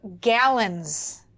gallons